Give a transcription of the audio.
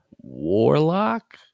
warlock